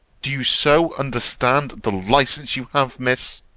do you so understand the license you have, miss?